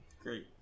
Great